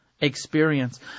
experience